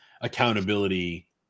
accountability